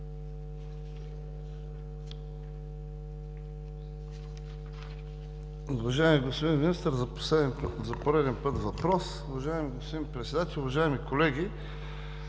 Уважаеми господин Министър, за пореден път въпрос. Уважаеми господин Председател, уважаеми колеги,